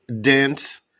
dense